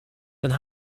dann